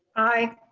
i.